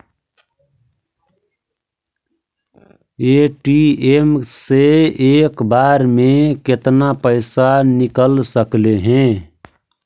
ATM से एक बार मे केतना पैसा निकल सकले हे?